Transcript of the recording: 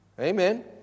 Amen